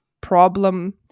problem